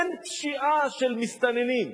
אין פשיעה של מסתננים.